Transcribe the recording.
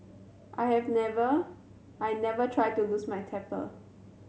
I have never I never try to lose my temper